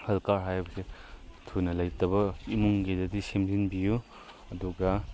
health card ꯍꯥꯏꯕꯁꯦ ꯊꯨꯅ ꯂꯩꯇꯕ ꯏꯃꯨꯡꯒꯤꯗꯗꯤ ꯁꯦꯝꯖꯤꯟꯕꯤꯎ ꯑꯗꯨꯒ